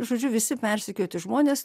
žodžiu visi persekioti žmones